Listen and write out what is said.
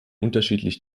unterschiedlich